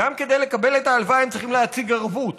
הם צריכים להציג ערבות.